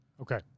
Okay